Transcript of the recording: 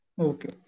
Okay